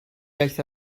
iaith